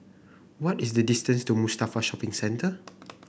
what is the distance to Mustafa Shopping Centre